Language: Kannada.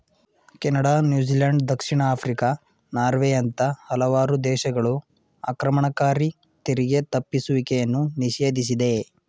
ಕೆನಡಾ, ನ್ಯೂಜಿಲೆಂಡ್, ದಕ್ಷಿಣ ಆಫ್ರಿಕಾ, ನಾರ್ವೆಯಂತ ಹಲವಾರು ದೇಶಗಳು ಆಕ್ರಮಣಕಾರಿ ತೆರಿಗೆ ತಪ್ಪಿಸುವಿಕೆಯನ್ನು ನಿಷೇಧಿಸಿದೆ